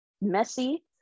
messy